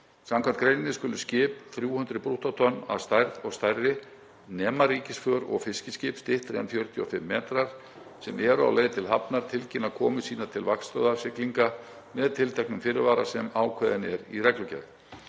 Samkvæmt greininni skulu skip, 300 brúttótonn að stærð og stærri, nema ríkisför og fiskiskip styttri en 45 metrar, sem eru á leið til hafnar, tilkynna komu sína til vaktstöðvar siglinga með tilteknum fyrirvara sem ákveðinn er í reglugerð.